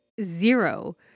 zero